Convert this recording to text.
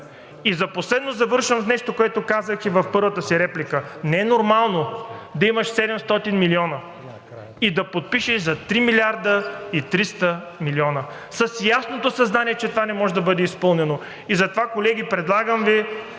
Последно и завършвам с нещо, което казах и в първата си реплика. Не е нормално да имаш 700 милиона и да подпишеш за 3 милиарда и 300 милиона с ясното съзнание, че това не може да бъде изпълнено. Затова, колеги, предлагам Ви